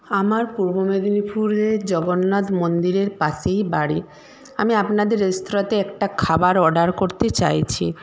আমার পূর্ব মেদিনীপুরের জগন্নাথ মন্দিরের পাশেই বাড়ি আমি আপনাদের রেস্তোরাঁতে একটা খাবার অর্ডার করতে চাইছি